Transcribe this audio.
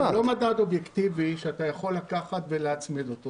מדד אובייקטיבי שאתה יכול לקחת ולהצמיד אותו.